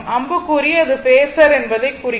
அம்புக்குறி அது பேஸர் என்பதைக் குறிக்கும்